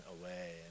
away